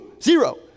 zero